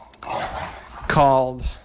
called